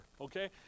Okay